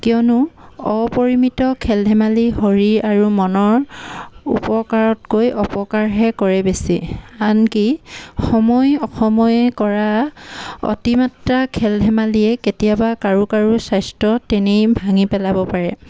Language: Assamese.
কিয়নো অপৰিমিত খেল ধেমালি শৰীৰ আৰু মনৰ উপকাৰতকৈ অপকাৰহে কৰে বেছি আনকি সময় অসময়ে কৰা অতিমাত্ৰা খেল ধেমালিয়ে কেতিয়াবা কাৰো কাৰো স্বাস্থ্য তেনেই ভাঙি পেলাব পাৰে